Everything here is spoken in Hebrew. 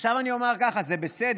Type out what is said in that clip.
עכשיו, אני אומר ככה: זה בסדר